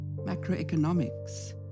macroeconomics